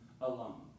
alone